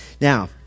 Now